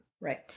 right